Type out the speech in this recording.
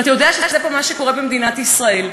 ואתה יודע שזה מה שקורה במדינת ישראל.